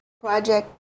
Project